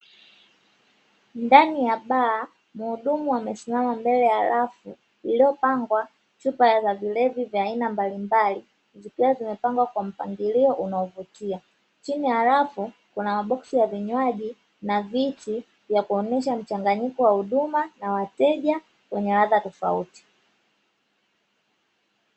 Ndani ya baa mhudumu amesimama mbele ya rafu iliyopangwa chupa ya vilevi vya aina mbalimbali zikiwa zimepangwa kwa mpangilio unaovutia, chini ya rafu kuna maboksi ya vinywaji na viti vya kuonesha mchanganyiko wa huduma na wateja wenye ladha tofauti.